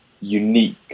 unique